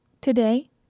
Today